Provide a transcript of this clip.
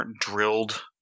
drilled